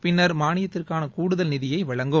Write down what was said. பின்னர் மானியத்திற்கான கூடுதல் நிதியை வழங்கும்